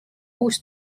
uus